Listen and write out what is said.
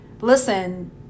listen